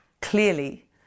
clearly